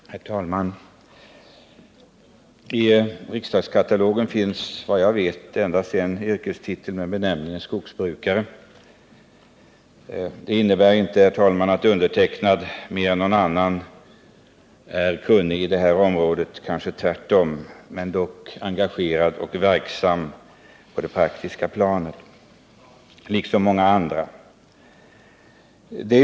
Herr talman! I riksdagskatalogen finns, såvitt jag vet, endast en ledamot med yrkestiteln skogsbrukare. Det innebär inte, herr talman, att jag är mer kunnig än någon annan på det här området. Jag är, liksom många andra, dock praktiskt engagerad och verksam på detta område.